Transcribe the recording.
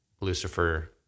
Lucifer